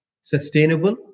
sustainable